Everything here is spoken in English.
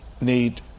need